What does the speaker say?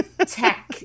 tech